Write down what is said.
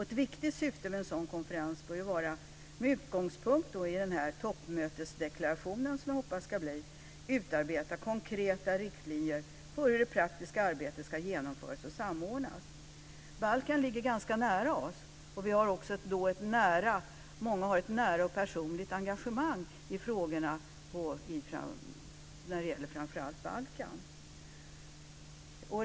Ett viktigt syfte med en sådan konferens bör, med utgångspunkt i den toppmötesdeklaration som jag hoppas på, vara att utarbeta konkreta riktlinjer för hur det praktiska arbetet ska genomföras och samordnas. Balkan ligger ganska nära oss, och många har ett nära och personligt engagemang i frågor som gäller framför allt Balkan.